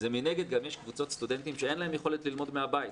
זה מנגד גם יש סטודנטים שאין להם יכולת ללמוד מהבית,